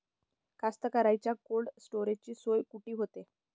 कास्तकाराइच्या कोल्ड स्टोरेजची सोय कुटी होते?